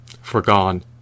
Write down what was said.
forgone